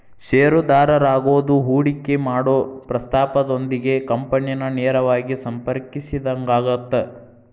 ಷೇರುದಾರರಾಗೋದು ಹೂಡಿಕಿ ಮಾಡೊ ಪ್ರಸ್ತಾಪದೊಂದಿಗೆ ಕಂಪನಿನ ನೇರವಾಗಿ ಸಂಪರ್ಕಿಸಿದಂಗಾಗತ್ತ